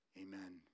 Amen